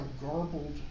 garbled